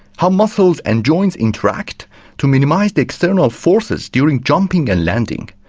how muscles and joints interact to minimise the external forces during jumping and landing,